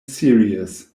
series